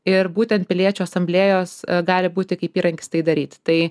ir būtent piliečių asamblėjos gali būti kaip įrankis tai daryti tai